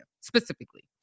specifically